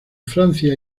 francia